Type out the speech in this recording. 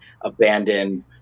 abandoned